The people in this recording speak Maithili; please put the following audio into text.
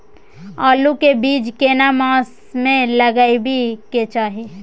आलू के बीज केना मास में लगाबै के चाही?